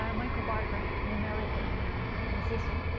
um michael barker, an american musician.